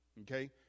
okay